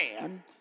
man